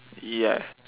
ya